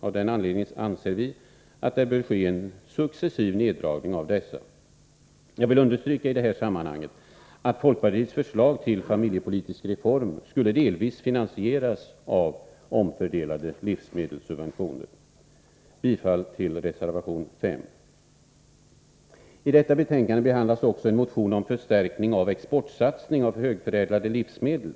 Av denna anledning anser vi att det bör ske en successiv neddragning av livsmedelssubventionerna. Jag vill i detta sammanhang understryka att folkpartiets förslag till familjepolitisk reform delvis skulle finansieras av omfördelade livsmedelssubventioner. Jag yrkar bifall till reservation 5. I detta betänkande behandlas också en motion om förstärkning av exportsatsning av högförädlade livsmedel.